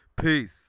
peace